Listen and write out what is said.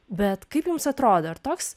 bet kaip jums atrodo ar toks